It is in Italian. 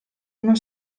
uno